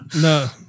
no